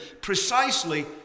precisely